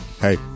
Hey